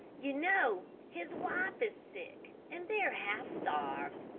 you know his wife is sick and they're half starved.